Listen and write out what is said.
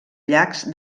llacs